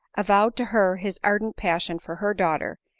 avowed to her his ardent passion for her daughter,